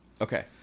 Okay